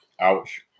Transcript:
ouch